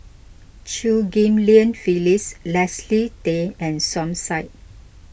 Chew Ghim Lian Phyllis Leslie Tay and Som Said